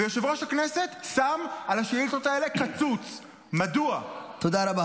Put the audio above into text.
ויושב-ראש הכנסת שם קצוץ על השאילתות האלה.